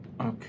Okay